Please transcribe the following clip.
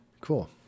Cool